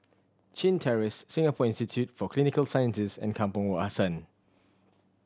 Chin Terrace Singapore Institute for Clinical Sciences and Kampong Wak Hassan